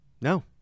No